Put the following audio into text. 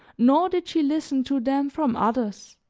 nor did she listen to them from others